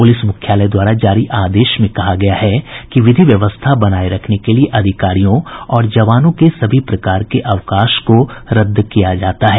police मुख्यालय द्वारा जारी आदेश में कहा गया है कि विधि व्यवस्था बनाये रखने के लिये अधिकारियों और जवानों के सभी प्रकार के अवकाश को रद्द किया जाता है